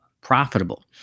profitable